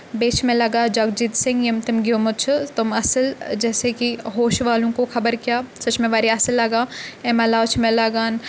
بیٚیہِ چھِ مےٚ لگان جگجیٖت سِنٛگ ییٚمۍ تِم گیومُت چھِ تِم اَصٕل جیسے کہِ ہوشہٕ والُن کو خبر کیٛاہ سۄ چھِ مےٚ واریاہ اَصٕل لگان امہِ علاوٕ چھِ مےٚ لَگان